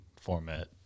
format